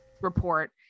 report